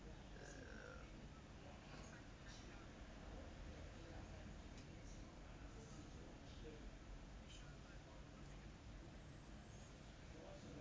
err